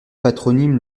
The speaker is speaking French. patronyme